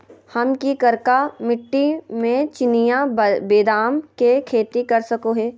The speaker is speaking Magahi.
हम की करका मिट्टी में चिनिया बेदाम के खेती कर सको है?